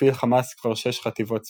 הפעיל חמאס כבר שש חטיבות צבאיות.